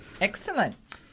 Excellent